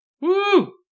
Woo